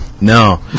No